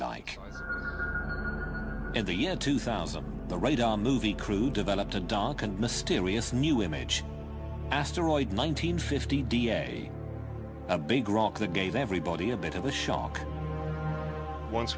like in the year two thousand the right movie crew developed a dark and mysterious new image asteroid nine hundred fifty d n a a big rock that gave everybody a bit of a shock once